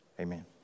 Amen